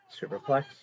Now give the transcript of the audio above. Superplex